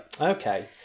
Okay